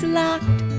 locked